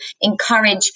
encourage